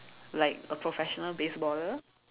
like a professional baseballer